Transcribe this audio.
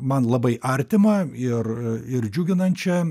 man labai artimą ir ir džiuginančią